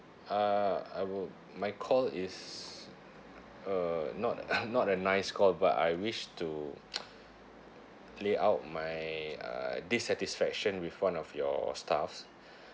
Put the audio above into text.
uh I would my call is uh not a not a nice call but I wish to plea out my uh dissatisfaction with one of your staffs